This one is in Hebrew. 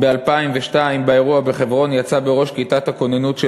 ב-2002 באירוע בחברון יצא בראש כיתת הכוננות של